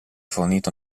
fornito